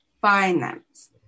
finance